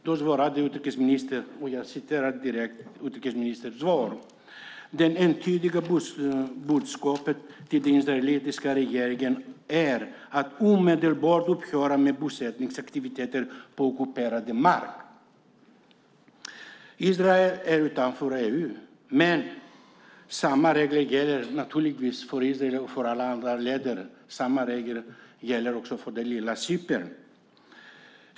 Då svarade utrikesministern: "Det entydiga budskapet till den israeliska regeringen är att omedelbart upphöra med bosättningsaktiviteter på ockuperad mark." Israel står utanför EU, men samma regler gäller för Israel och andra länder - även det lilla Cypern.